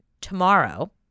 tomorrow